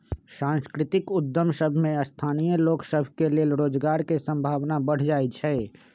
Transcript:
सांस्कृतिक उद्यम सभ में स्थानीय लोग सभ के लेल रोजगार के संभावना बढ़ जाइ छइ